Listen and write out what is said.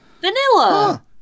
Vanilla